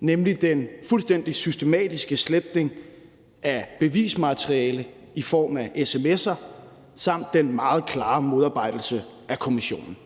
nemlig den fuldstændig systematiske sletning af bevismateriale i form af sms’er samt den meget klare modarbejdelse af kommissionen.